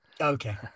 okay